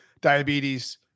diabetes